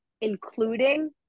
including